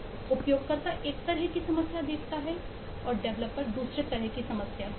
उपयोगकर्ता एक तरह की समस्या देखता है और डेवलपर दूसरे तरह की समस्या देखता है